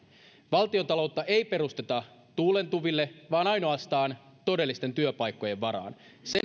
valtiontaloutta ei perusteta tuulentuville vaan ainoastaan todellisten työpaikkojen varaan